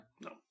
No